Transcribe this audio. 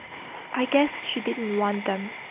i guess she didn't want them,